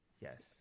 Yes